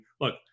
look